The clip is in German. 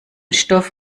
stoff